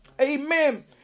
Amen